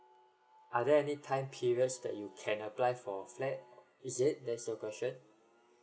are there any time periods that you can apply for flat is it there's your question